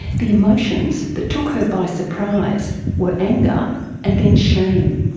the emotions that took her by surprise were anger and then shame.